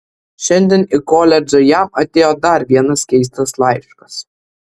šiandien į koledžą jam atėjo dar vienas keistas laiškas